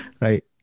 right